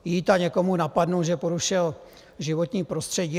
Jít a někoho napadnout, že porušil životní prostředí...